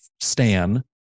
stan